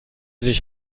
sich